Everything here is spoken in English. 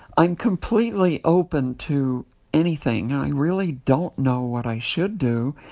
i'm completely open to anything. and i really don't know what i should do,